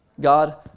God